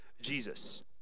Jesus